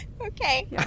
Okay